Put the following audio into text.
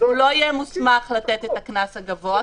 והוא לא יהיה מוסמך לתת את הקנס הגבוה,